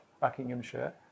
Buckinghamshire